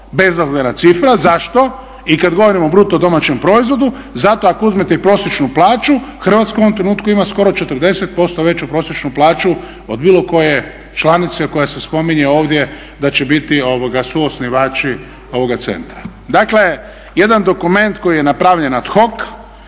bezazlena cifra. Zašto? I kada govorimo o bruto domaćem proizvodu, zato ako uzmete i prosječnu plaću Hrvatska u ovom trenutku ima skoro 40% veću prosječnu plaću od bilo koje članice koja se spominje ovdje da će biti suosnivači ovoga centra. Dakle jedan dokument koji je napravljen ad hoc.